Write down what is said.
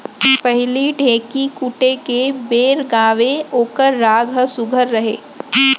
पहिली ढ़ेंकी कूटे के बेर गावयँ ओकर राग ह सुग्घर रहय